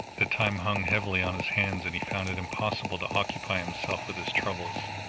the time hung heavily on his hands, and he found it impossible to occupy himself with his troubles.